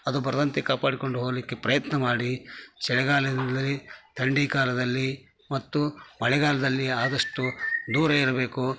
ಅದು ಬರದಂತೆ ಕಾಪಾಡಿಕೊಂಡು ಹೋಗಲಿಕ್ಕೆ ಪ್ರಯತ್ನ ಮಾಡಿ ಚಳಿಗಾಲದಲ್ಲಿ ಥಂಡಿ ಕಾಲದಲ್ಲಿ ಮತ್ತು ಮಳೆಗಾಲದಲ್ಲಿ ಆದಷ್ಟು ದೂರ ಇರಬೇಕು